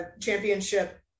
championship